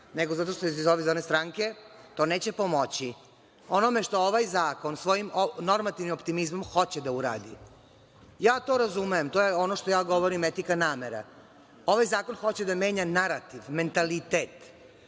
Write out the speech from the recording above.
nego zato što ste iz ove, iz one stranke, to neće pomoći onome što ovaj zakon svojim normativnim optimizmom hoće da uradi. Ja to razumem i to je ono što ja govorim etika namera. Ovaj zakon hoće da menja narativ, mentalitet,